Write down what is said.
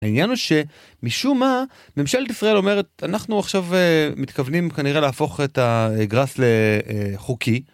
העניין הוא שמשום מה ממשלת ישראל אומרת אנחנו עכשיו מתכוונים כנראה להפוך את הגראס לחוקי.